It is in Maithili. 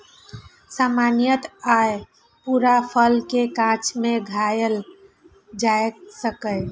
सामान्यतः अय पूरा फल कें कांचे मे खायल जा सकैए